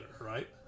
Right